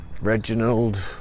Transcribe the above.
Reginald